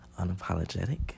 unapologetic